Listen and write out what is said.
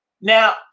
Now